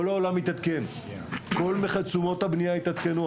כל העולם מתעדכן, כל תשומות הבנייה התעדכנו.